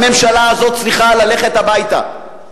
הממשלה הזאת צריכה ללכת הביתה.